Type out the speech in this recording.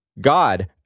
...God